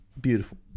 beautiful